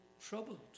troubled